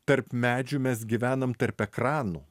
tarp medžių mes gyvenam tarp ekranų